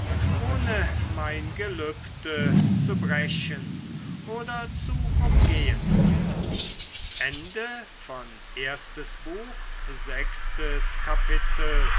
ohne mein gelübde zu brechen oder zu umgehen